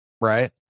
right